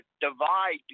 divide